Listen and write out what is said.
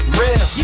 real